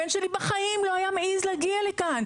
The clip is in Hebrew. הבן שלי בחיים לא היה מעז להגיע לכאן.